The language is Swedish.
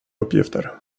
uppgifter